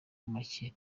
make